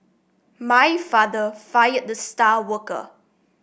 my father fired the star worker